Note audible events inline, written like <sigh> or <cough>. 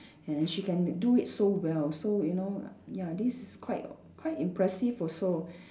and then she can do it so well so you know ya this is quite quite impressive also <breath>